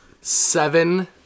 seven